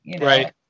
right